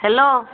hello